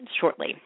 shortly